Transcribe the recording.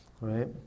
right